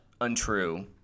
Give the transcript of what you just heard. untrue